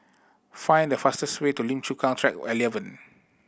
find the fastest way to Lim Chu Kang Track Eleven